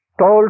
told